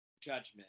judgment